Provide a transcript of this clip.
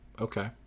Okay